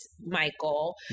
Michael